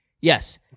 Yes